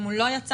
אם הוא לא יצא,